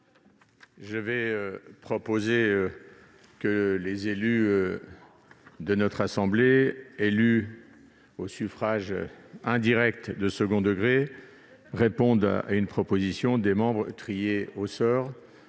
Je vais proposer que les élus de notre assemblée, élus au suffrage indirect de second degré, répondent à une proposition des membres tirés au sort